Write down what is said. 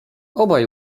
obaj